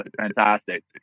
fantastic